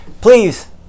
Please